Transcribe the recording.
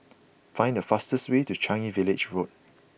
find the fastest way to Changi Village Road